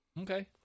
Okay